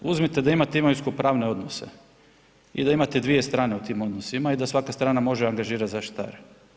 Uzmite da imate imovinsko-pravne odnose i da imate dvije strane u tim odnosima i da svaka strana može angažirati zaštitare.